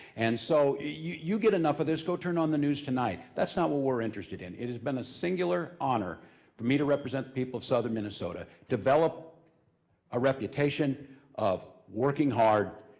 and so, you you get enough of this. go turn on the news tonight that's not what we're interested in. it has been a singular honor for me to represent the people of southern minnesota, develop a reputation of working hard,